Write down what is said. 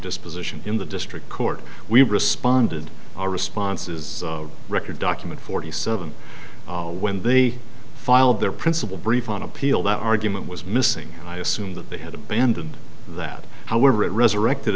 disposition in the district court we responded our response is record document forty seven when they filed their principal brief on appeal that argument was missing and i assume that they had abandoned that however it resurrected